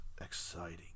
exciting